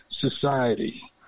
society